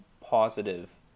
positive